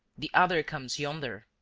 the other comes yonder!